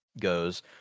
goes